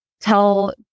tell